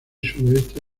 sudoeste